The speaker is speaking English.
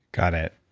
got it.